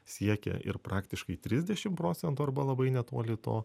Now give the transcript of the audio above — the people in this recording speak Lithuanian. siekia ir praktiškai trisdešim procentų arba labai netoli to